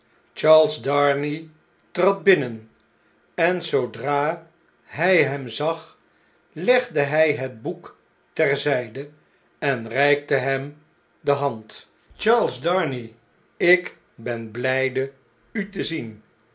charles darnay trad binnen en zoodra hjj hem zag legde hij het boek ter zpe en reikte hem de hand charles darnay ik ben bljjde u te zien